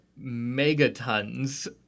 megatons